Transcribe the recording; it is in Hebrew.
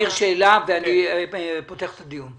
ניר, שאלה, ואני פותח את הדיון.